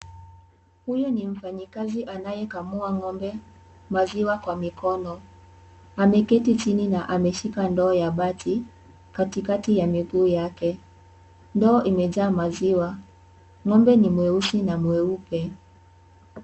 Huyu ni mfanyakazi anayekamua ngombe maziwa kwa mikono ameketi chini na ameshika ndoo ya bati katikati ya miguu yake ,ndoo imejaa maziwa ngombe ni mweusi na mweupe.